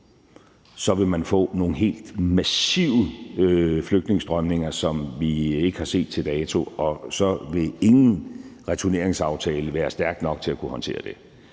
så vil man få nogle helt massive flygtningestrømninger, som vi ikke har set til dato, og så vil ingen returneringsaftale være stærk nok til at kunne håndtere det.